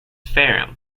fareham